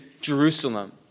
Jerusalem